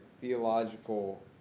theological